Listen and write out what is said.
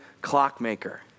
clockmaker